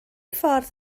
ffordd